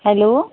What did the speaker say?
hello